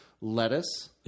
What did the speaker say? lettuce